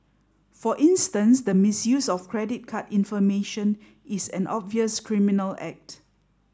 for instance the misuse of credit card information is an obvious criminal act